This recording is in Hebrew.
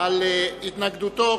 על התנגדותו.